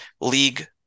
league